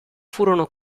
furono